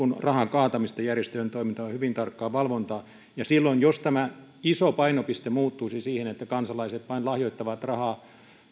rahan kaatamista järjestöjen toimintaan vaan hyvin tarkkaa valvontaa silloin jos tämä iso painopiste muuttuisi siihen että kansalaiset vain lahjoittavat rahaa